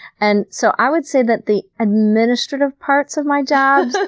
and so i would say that the administrative parts of my job, so